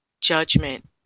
judgment